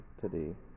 today